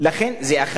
זה, אחד,